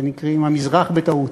שנקראות "המזרח" בטעות,